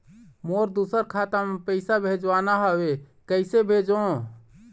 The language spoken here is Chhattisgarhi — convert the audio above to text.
मोर दुसर खाता मा पैसा भेजवाना हवे, कइसे भेजों?